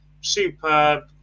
superb